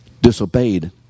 disobeyed